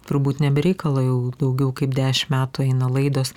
turbūt ne be reikalo jau daugiau kaip dešim metų eina laidos